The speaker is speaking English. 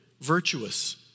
virtuous